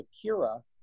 Akira